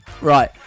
Right